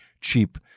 cheap